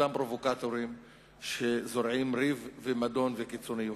אותם פרובוקטורים שזורעים ריב ומדון וקיצוניות.